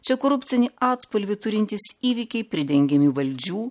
čia korupcinį atspalvį turintys įvykiai pridengiami valdžių